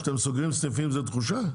שאתם סוגרים סניפים זו תחושה?